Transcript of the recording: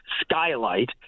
skylight